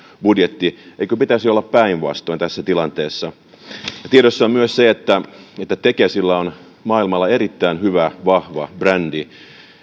budjetti eikö pitäisi olla päinvastoin tässä tilanteessa ja tiedossa on myös se että että tekesillä on maailmalla erittäin hyvä vahva brändi